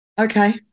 Okay